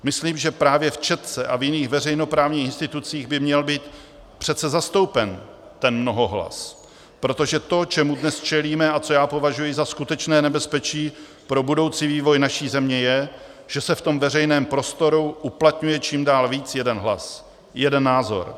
Myslím, že právě v Četce a v jiných veřejnoprávních institucích by měl být přece zastoupen ten mnohohlas, protože to, čemu dnes čelíme a co já považuji za skutečné nebezpečí pro budoucí vývoj naší země, je, že se v tom veřejném prostoru uplatňuje čím dál víc jeden hlas, jeden názor.